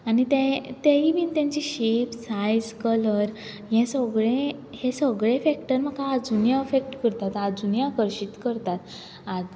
आनी ते तेयी बीन तेंचे शेप सायज कलर हें सगळें हें सगळें फॅक्टर म्हाका आजुनी अफेक्ट करता आजुनी आकर्शीत करता